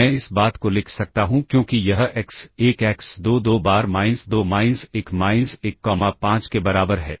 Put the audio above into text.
मैं इस बात को लिख सकता हूं क्योंकि यह एक्स1 एक्स2 दो बार माइनस 2 माइनस 1 माइनस 1 कॉमा 5 के बराबर है